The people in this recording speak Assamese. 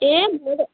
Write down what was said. এ মোৰ